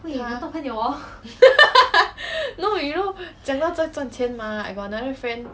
no you know 讲到这赚钱 mah I got another friend